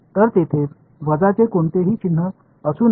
तर तेथे वजाचे कोणतेही चिन्ह असू नये